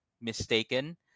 mistaken